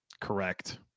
Correct